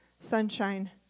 sunshine